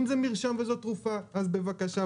אם זה מרשם וזאת תרופה אז בבקשה,